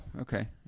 okay